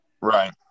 Right